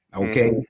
okay